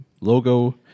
logo